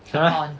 !huh!